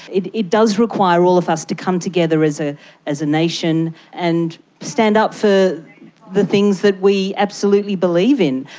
it it does require all of us to come together as ah as a nation and stand up for the things that we absolutely believe in.